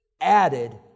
added